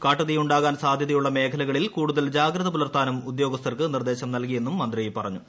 കാട്ടുതീ ഉണ്ടാകാൻ സാധ്യതയുളള മേഖലകളിൽ കൂടുതൽ ജാഗ്രത പുലർത്താനും ഉദ്യോഗസ്ഥർക്ക് നിർദ്ദേശ്വം നൽകിയെന്നും മന്ത്രി പറഞ്ഞു